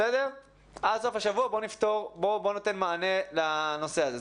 עד סוף השבוע, בואו ניתן מענה לנושא הזה.